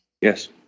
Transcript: Yes